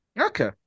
Okay